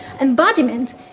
embodiment